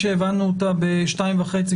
וחצי,